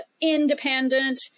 independent